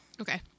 Okay